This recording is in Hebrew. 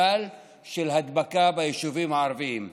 גל של הדבקה ביישובים הערביים,